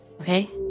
Okay